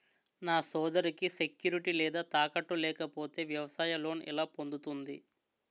నా సోదరికి సెక్యూరిటీ లేదా తాకట్టు లేకపోతే వ్యవసాయ లోన్ ఎలా పొందుతుంది?